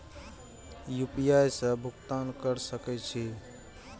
UPI से भुगतान क सके छी?